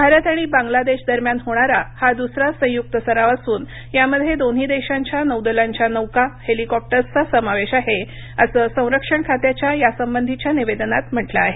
भारत आणि बांगलादेश दरम्यान होणारा हा दुसरा संयुक्त सराव असून यामध्ये दोन्ही देशांच्या नौदलांच्या नौका हेलिकॉप्टर्सचा समावेश आहे असं संरक्षण खात्याच्या यासंबंधीच्या निवेदनात म्हटलं आहे